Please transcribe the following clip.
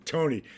Tony